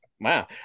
Wow